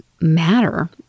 matter